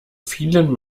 vielen